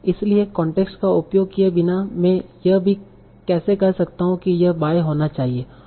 इसलिए कॉन्टेक्स्ट का उपयोग किए बिना मैं यह भी कैसे कह सकता हूं कि यह बाय होना चाहिए और बी नहीं होना चाहिए